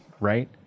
Right